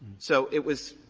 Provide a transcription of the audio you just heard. so it was,